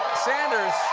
sanders